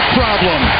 problem